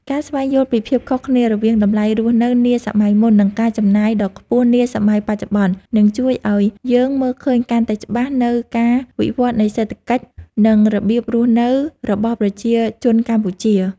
ការស្វែងយល់ពីភាពខុសគ្នារវាងតម្លៃរស់នៅនាសម័យមុន និងការចំណាយដ៏ខ្ពស់នាសម័យបច្ចុប្បន្ន នឹងជួយឱ្យយើងមើលឃើញកាន់តែច្បាស់នូវការវិវត្តនៃសេដ្ឋកិច្ច និងរបៀបរស់នៅរបស់ប្រជាជនកម្ពុជា។